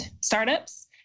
startups